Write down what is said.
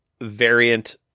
variant